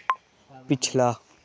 पिछला